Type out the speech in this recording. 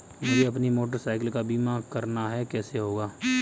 मुझे अपनी motorcycle का बीमा करना है कैसे होगा?